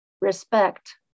respect